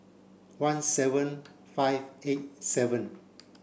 one seven five eight seven